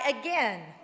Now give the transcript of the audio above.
again